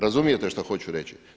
Razumijete što hoću reći?